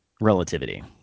Relativity